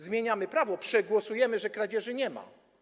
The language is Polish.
Zmieniamy prawo, przegłosujemy, że kradzieży nie ma.